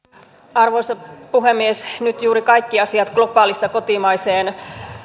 arvoisa puhemies nyt juuri kaikki asiat globaalista kotimaiseen